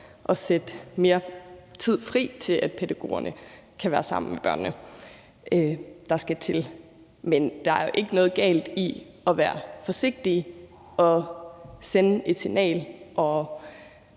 at sætte mere tid fri til, at pædagogerne kan være sammen med børnene, som der skal til. Men der er ikke noget galt i at være forsigtige og sende et signal og